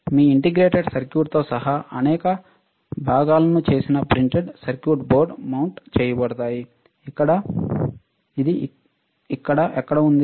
మీ integrated circuit తో సహా అనేక భాగాలను చేసిన ప్రింటెడ్ సర్క్యూట్ బోర్డ్పై మౌంట్ చేయబడతాయి ఇది ఇక్కడ ఎక్కడ ఉంది